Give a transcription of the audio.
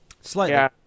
Slightly